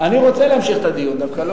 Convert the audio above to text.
אני רוצה להמשיך את הדיון דווקא,